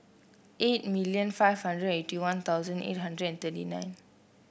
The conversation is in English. eight million five hundred eighty One Thousand eight hundred and thirty nine